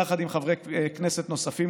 יחד עם חברי כנסת נוספים,